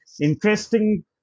interesting